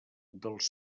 dels